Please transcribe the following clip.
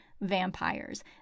vampires